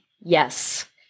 yes